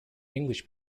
english